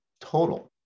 total